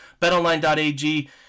BetOnline.ag